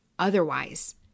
otherwise